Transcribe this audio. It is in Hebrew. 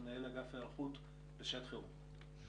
מנהל אגף היערכות לשעת חירום.